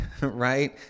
right